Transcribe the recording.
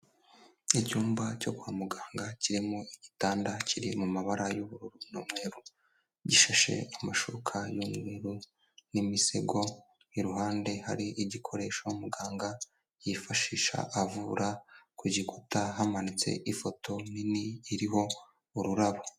Icyumba cyo kwa muganga kirimo igitanda kiri m'amabara y'ubururu n'umweru gishasheho amashuka y'umweru n'imisego iruhande hari igikoresho muganga yifashisha avura ku gikuta hamanitse ifoto nini iriho ururabo.